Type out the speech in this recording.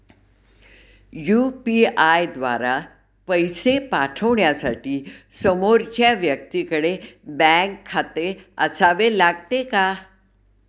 UPI द्वारा पैसे पाठवण्यासाठी समोरच्या व्यक्तीकडे बँक खाते असावे लागते का?